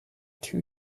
two